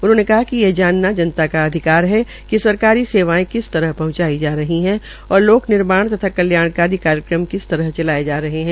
उन्होंने कहा कि यह जानना जनता का अधिकार है कि सहकारी सेवायें किस तरह पहंचाई जा रही है और लोक निर्माण तथा कल्याणकारी कार्यक्रम किस तरह चलाये जा रहे है